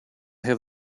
have